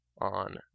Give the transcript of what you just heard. on